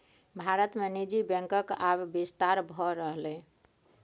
भारत मे निजी बैंकक आब बिस्तार भए रहलैए